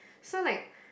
so like